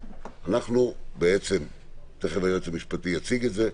תיכף היועץ המשפטי יציג את זה.